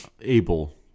Able